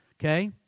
okay